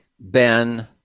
Ben